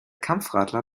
kampfradler